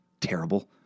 terrible